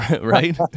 right